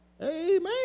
Amen